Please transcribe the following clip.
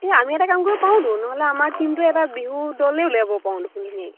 এই আমি এটা কাম কৰিব পাৰোঁটো নহ'লে আমাৰ টিমটো এটা বিহু দলেই উলিয়াব পাৰোঁ দেখোন ধুনিয়াকৈ